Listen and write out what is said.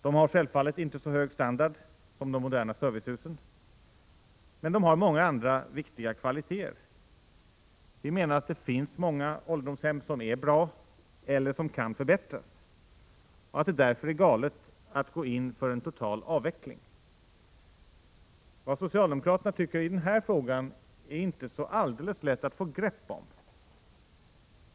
De har självfallet inte så hög standard som de moderna servicehusen, men de har många andra viktiga kvaliteter. Vi menar att det finns många ålderdomshem som är bra eller som kan förbättras och att det därför är galet att gå in för en total avveckling. Vad socialdemokraterna tycker i den här frågan är inte så alldeles lätt att få grepp om.